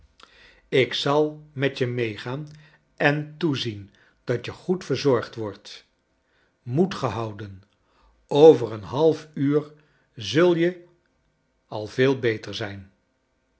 ik zal met je meegaan en toezien dat je goed verzorgd wordt moed gehouden over een half uur zul je al veel beter zijn